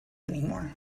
anymore